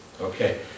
Okay